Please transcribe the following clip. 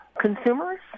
consumers